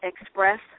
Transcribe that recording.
Express